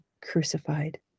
crucified